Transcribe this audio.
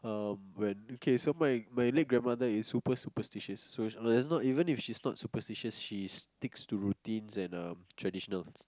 um when okay my my late grandmother is super superstitious so that's not even if she's not superstitious she sticks to routines and um traditionals